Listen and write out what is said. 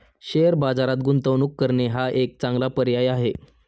share बाजारात गुंतवणूक करणे हा एक चांगला पर्याय आहे